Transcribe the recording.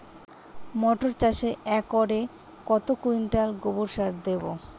মটর চাষে একরে কত কুইন্টাল গোবরসার দেবো?